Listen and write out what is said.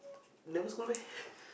never scold me